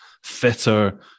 fitter